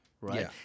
right